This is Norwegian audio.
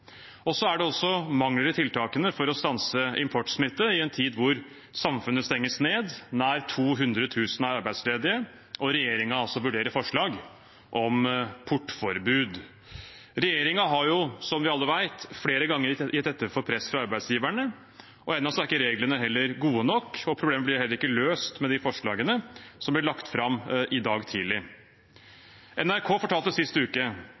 er også mangler i tiltakene for å stanse importsmitte i en tid da samfunnet stenges ned, nær 200 000 er arbeidsledige og regjeringen vurderer forslag om portforbud. Regjeringen har jo, som vi alle vet, flere ganger gitt etter for press fra arbeidsgiverne. Ennå er reglene heller ikke gode nok, for problemet blir ikke løst med de forslagene som ble lagt fram i dag tidlig. NRK fortalte sist uke